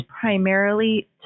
primarily